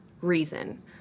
reason